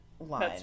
line